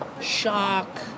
Shock